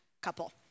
couple